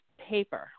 paper